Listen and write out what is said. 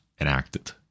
enacted